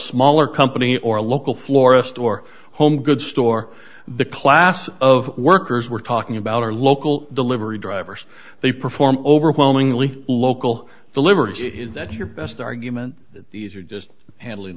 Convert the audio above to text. smaller company or a local florist or home goods store the class of workers we're talking about are local delivery drivers they perform overwhelmingly local the liberty that your best argument that these are just handling